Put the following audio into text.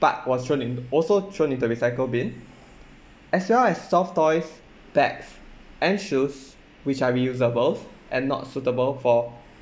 but was thrown in also thrown into recycle bin as well as soft toys bags and shoes which are reusable and not suitable for